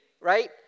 right